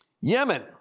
Yemen